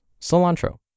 cilantro